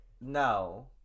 no